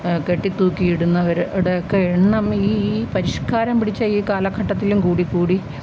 കെട്ടിത്തൂക്കി ഇടുന്നവര് ടെക്കെ എണ്ണം ഈ ഈ പരിഷ്കാരം പിടിച്ച ഈ കാലഘട്ടത്തിലും കൂടിക്കൂടി